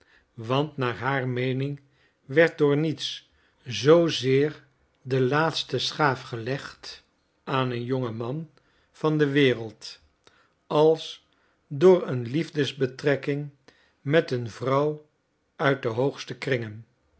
want naar haar meening werd door niets zoozeer de laatste schaaf gelegd aan een jongen man van de wereld als door een liefdesbetrekking met een vrouw uit de hoogste kringen